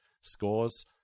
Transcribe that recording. scores